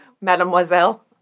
mademoiselle